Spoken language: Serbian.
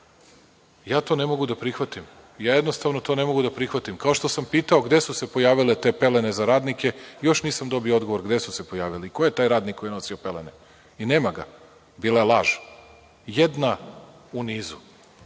Ja to ne mogu da prihvatim. Ja jednostavno to ne mogu da prihvatim. Kao što sam pitao - gde su se pojavile te pelene za radnike, još nisam dobio odgovor gde su se pojavile i ko je taj radnik koji je nosio pelene i nema ga, bila je laž, jedna u nizu.